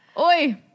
Oi